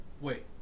Wait